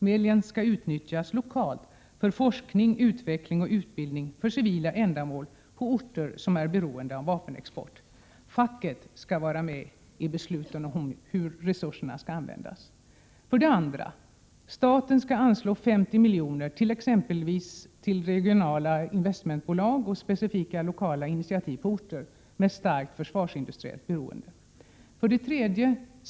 Medlen skall utnyttjas lokalt för forskning, utveckling och utbildning för civila ändamål på orter som är beroende av vapenexport. Facket skall vara med vid besluten om hur resurserna skall användas. 2. Staten skall anslå 50 miljoner till exempelvis regionala investmentbolag och specifika lokala initiativ på orter med starkt försvarsindustriellt beroende. 3.